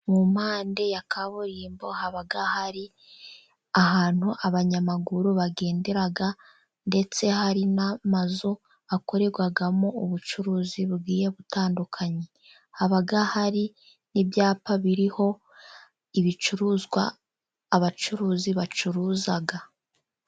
Mu mpande za kaburimbo haba hari ahantu abanyamaguru bagendera. Ndetse hari n'amazu akorerwamo ubucuruzi butandukanye. Haba hari n'ibyapa biriho ibicuruzwa abacuruzi bacuruza.